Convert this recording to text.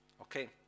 Okay